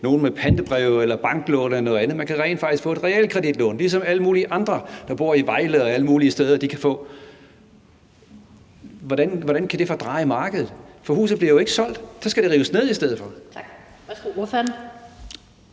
nogen med pantebreve eller banklån eller noget andet; så personen rent faktisk kan få et realkreditlån, ligesom alle mulige andre, der bor i Vejle og alle mulige steder, kan få. Hvordan kan det så fordreje markedet? For huset bliver jo ikke solgt; i stedet for ville det skulle rives ned.